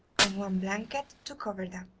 and one blanket to cover them.